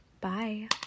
Bye